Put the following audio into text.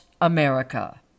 America